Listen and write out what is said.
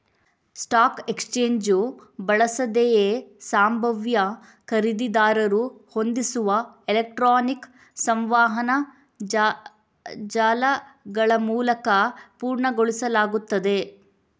stock exchange ಬಳಸದೆಯೇ ಸಂಭಾವ್ಯ ಖರೀದಿದಾರರು ಹೊಂದಿಸುವ ಎಲೆಕ್ಟ್ರಾನಿಕ್ ಸಂವಹನ ಜಾಲಗಳಮೂಲಕ ಪೂರ್ಣಗೊಳಿಸಲಾಗುತ್ತದೆ